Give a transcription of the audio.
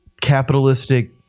capitalistic